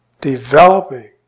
developing